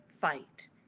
fight